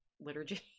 liturgy